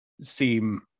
seem